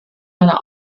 einer